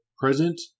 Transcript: present